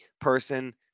person